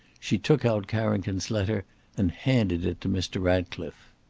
she took out carrington's letter and handed it to mr. ratcliffe.